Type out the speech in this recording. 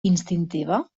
instintiva